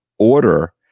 order